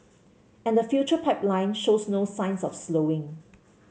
and the future pipeline shows no signs of slowing